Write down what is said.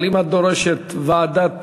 אבל אם את דורשת ועדה אחרת,